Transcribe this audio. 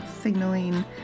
signaling